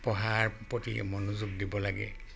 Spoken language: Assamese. পঢ়াৰ প্ৰতি মনোযোগ দিব লাগে